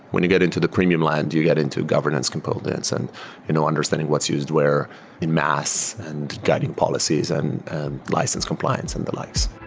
when you get into the premium land, you get into governance components and you know understanding what's used where in mass and guiding policies and license compliance and the likes.